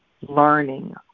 learning